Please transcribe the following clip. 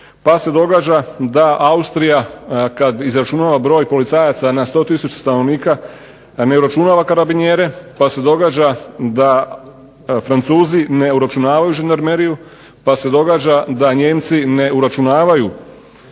pa se događa da Austrija kad izračunava broj policajaca na 100 tisuća stanovnika ne uračunava karabinjere, pa se događa da Francuzi ne uračunavaju žandarmeriju, pa se događa da Nijemci ne uračunavaju